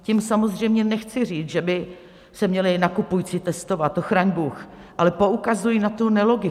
Tím samozřejmě nechci říct, že by se měli nakupující testovat, to chraň bůh, ale poukazuji na tu nelogiku.